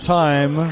time